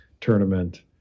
tournament